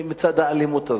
לאלימות הזאת,